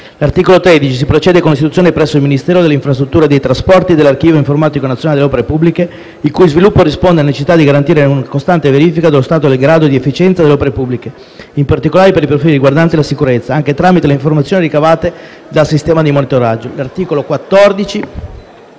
l’articolo 13 si procede all’istituzione, presso il Ministero delle infrastrutture e dei trasporti, dell’Archivio informatico nazionale delle opere pubbliche (AINOP), il cui sviluppo risponde alla necessità di garantire una costante verifica dello stato e del grado di efficienza delle opere pubbliche, in particolare per i profili riguardanti la sicurezza, anche tramite le informazioni ricavate dal Sistema di monitoraggio dinamico per